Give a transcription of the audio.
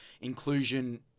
inclusion